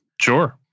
Sure